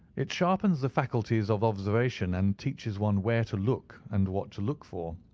it sharpens the faculties of observation, and teaches one where to look and what to look for.